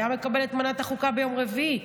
הוא היה מקבל את מנת החוקה ביום רביעי.